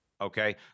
okay